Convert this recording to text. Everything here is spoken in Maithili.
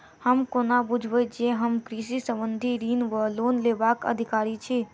हम कोना बुझबै जे हम कृषि संबंधित ऋण वा लोन लेबाक अधिकारी छी?